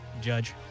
Judge